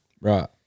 Right